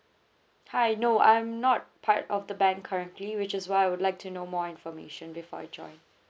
hi no I'm not part of the bank currently which is why I would like to know more information before I join